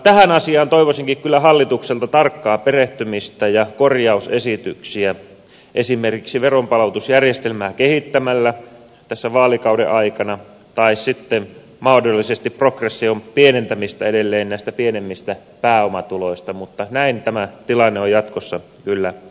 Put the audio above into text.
tähän asiaan toivoisinkin kyllä hallitukselta tarkkaa perehtymistä ja korjausesityksiä esimerkiksi veronpalautusjärjestelmää kehittämällä tässä vaalikauden aikana tai sitten mahdollisesti progression pienentämistä edelleen näistä pienemmistä pääomatuloista mutta näin tämä tilanne on jatkossa kyllä kestämätön